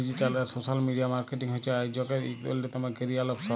digital আর social media marketing হছে আইজকের ইক অল্যতম ক্যারিয়ার অপসল